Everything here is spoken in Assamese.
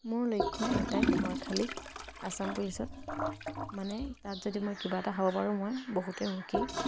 মোৰ লক্ষ্য এটাই মই খালী আচাম পিছত মানে তাত যদি মই কিবা এটা হ'ব পাৰোঁ মই বহুতে সুখী